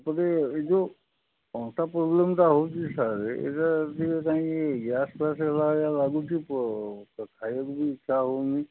ଏ ଯେଉଁ ଅଣ୍ଟା ପ୍ରୋବ୍ଲେମ୍ଟା ହେଉଛି ସାରେଏଟା ଟିକେ ଗ୍ୟାସ୍ଫ୍ୟାସ୍ ହେଲା ଭଳିଆ ଲାଗୁଛି ଖାଇବାକୁ ଇଚ୍ଛା ହେଉନି